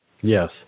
Yes